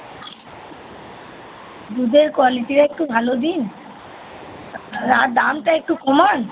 দুধের কোয়ালিটিটা একটু ভালো দিন আর দামটা একটু কমান